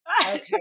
Okay